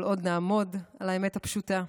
כל עוד נעמוד על האמת הפשוטה,